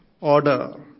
order